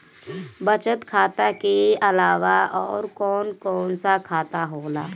बचत खाता कि अलावा और कौन कौन सा खाता होला?